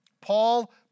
Paul